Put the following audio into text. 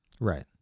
right